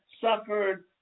suffered